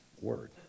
word